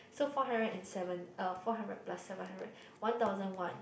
so four hundred and seven uh four hundred plus seven hundred one thousand one